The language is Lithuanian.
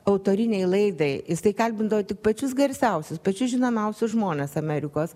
autorinei laidai jisai kalbindavo tik pačius garsiausius pačius žinomiausius žmones amerikos